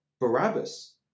barabbas